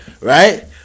right